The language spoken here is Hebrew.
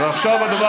ועכשיו, הדבר